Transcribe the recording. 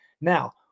Now